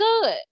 good